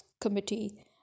committee